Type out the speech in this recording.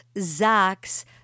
Zach's